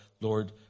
Lord